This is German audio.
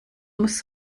muss